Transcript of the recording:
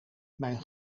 mijn